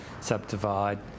subdivide